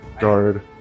guard